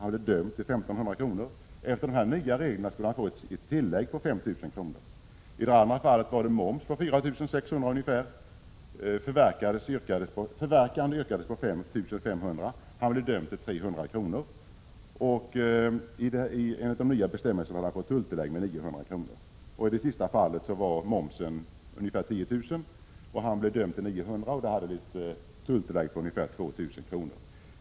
Han blev dömd till 1 500 kr. Efter de nya reglerna skulle han få ett tillägg på 5 000 kr. I det andra fallet rör det sig om moms på ungefär 4 600 kr. Förverkan yrkades på 5 500 kr. Han blev dömd till 300 kr. Enligt de nya bestämmelserna hade han fått ett tulltillägg med 900 kr. I det sista fallet var momsen ungefär 10 000 kr. Han blev dömd till 900 kr., och det hade blivit ett tulltillägg på 2 000 kr.